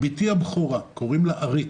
בתי הבכורה, קוראים לה ארית